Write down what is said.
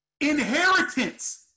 Inheritance